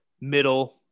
middle